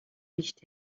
nicht